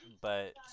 but-